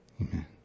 Amen